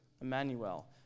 Emmanuel